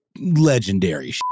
legendary